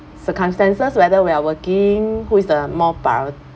circumstances whether we are working who is the more priort~